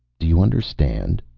do you understand?